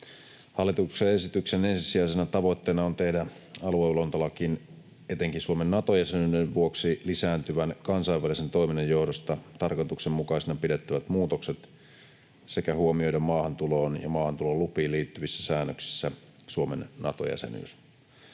Hallituksen esityksen ensisijaisena tavoitteena on tehdä aluevalvontalakiin etenkin Suomen Nato-jäsenyyden vuoksi lisääntyvän kansainvälisen toiminnan johdosta tarkoituksenmukaisina pidettävät muutokset sekä huomioida maahantuloon ja maahantulolupiin liittyvissä säännöksissä Suomen Nato-jäsenyys.